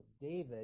David